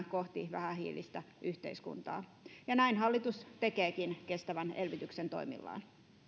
kohti vähähiilistä yhteiskuntaa ja näin hallitus tekeekin kestävän elvytyksen toimillaan